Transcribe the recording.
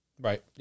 Right